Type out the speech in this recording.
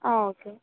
okay